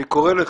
אני קורא לך.